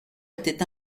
était